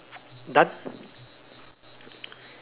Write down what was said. done